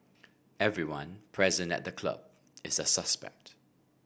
everyone present at the club is a suspect